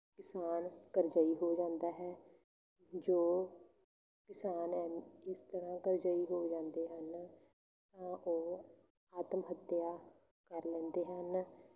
ਕਿਸਾਨ ਕਰਜ਼ਈ ਹੋ ਜਾਂਦਾ ਹੈ ਜੋ ਕਿਸਾਨ ਏਂਵ ਇਸ ਤਰ੍ਹਾਂ ਕਰਜ਼ਈ ਹੋ ਜਾਂਦੇ ਹਨ ਤਾਂ ਉਹ ਆਤਮ ਹੱਤਿਆ ਕਰ ਲੈਂਦੇ ਹਨ